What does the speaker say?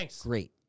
great